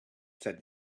said